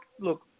look